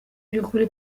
byukuri